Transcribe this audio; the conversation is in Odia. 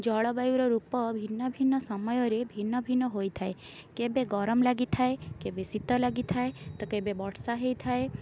ଜଳବାୟୁର ରୂପ ଭିନ୍ନ ଭିନ୍ନ ସମୟରେ ଭିନ୍ନ ଭିନ୍ନ ହୋଇଥାଏ କେବେ ଗରମ ଲାଗିଥାଏ କେବେ ଶୀତ ଲାଗିଥାଏ ତ କେବେ ବର୍ଷ ହେଇଥାଏ